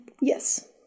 yes